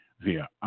via